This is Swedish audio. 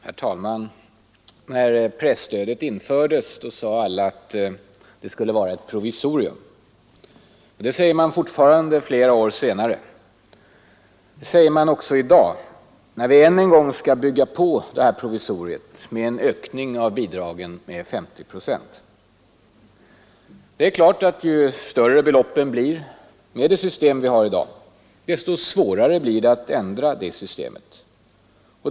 Herr talman! När presstödet infördes sade alla att det skulle vara ett provisorium. Det säger man fortfarande flera år senare. Det säger man också i dag när vi än en gång skall bygga på detta provisorium med en ökning av bidragen med 50 procent. Det är klart att ju större beloppen blir med det system vi har i dag, desto svårare blir det att ändra det systemet.